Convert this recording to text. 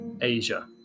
Asia